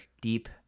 deep